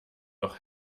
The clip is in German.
noch